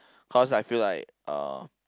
cause I feel like uh